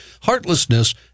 heartlessness